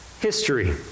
History